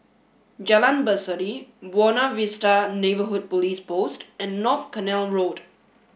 Jalan Berseri Buona Vista Neighbourhood Police Post and North Canal Road